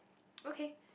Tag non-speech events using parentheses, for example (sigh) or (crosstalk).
(noise) okay